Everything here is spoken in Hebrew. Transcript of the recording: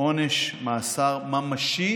עונש מאסר ממשי